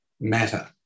matter